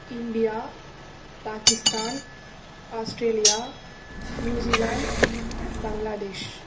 India Pakistan Australia New Zealand Bangladesh